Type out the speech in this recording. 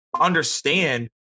understand